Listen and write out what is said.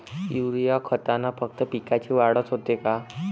Urea खतानं फक्त पिकाची वाढच होते का?